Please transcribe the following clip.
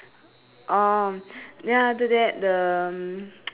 ya have the basket but mine got no words